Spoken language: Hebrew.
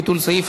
ביטול סעיף),